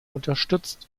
unterstützt